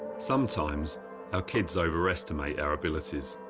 sometimes our kids overestimate our abilities.